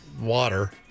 water